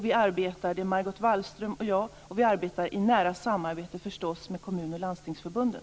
Vi arbetar, Margot Wallström och jag, i nära samarbete med kommun och landstingsförbunden.